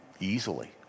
easily